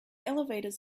elevators